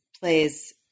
plays